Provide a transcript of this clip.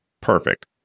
Perfect